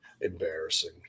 Embarrassing